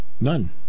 None